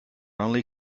only